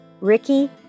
Ricky